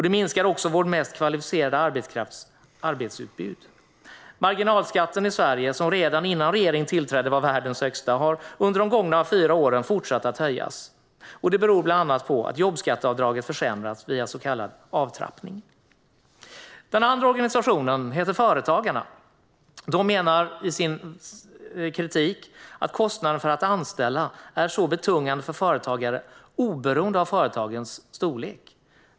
Det minskar också vår mest kvalificerade arbetskrafts arbetsutbud. Marginalskatten i Sverige, som redan innan regeringen tillträdde var världens högsta, har under de gångna fyra åren fortsatt att höjas. Det beror bland annat att jobbskatteavdraget försämrats via så kallad avtrappning. Den andra organisationen heter Företagarna. De menar i sin kritik att kostnaden för att anställa är betungande för företagare oberoende av företagens storlek.